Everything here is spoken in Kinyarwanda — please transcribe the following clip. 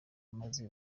maze